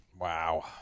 Wow